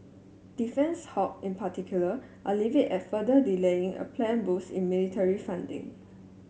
defence hawk in particular are livid at further delaying a planned boost in military funding